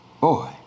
Boy